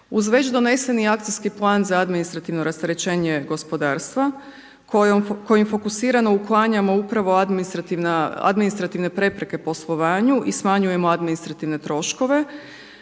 Uz već doneseni akcijski plan za administrativno rasterećenje gospodarstva kojim fokusirano uklanjamo upravo administrativne prepreke poslovanju i smanjujemo administrativne troškove